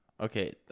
Okay